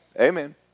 amen